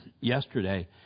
yesterday